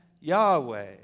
Yahweh